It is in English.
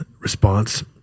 response